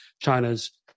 china's